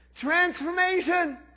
transformation